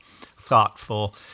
thoughtful